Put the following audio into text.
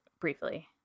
briefly